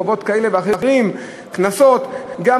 חובות וקנסות כאלה ואחרים,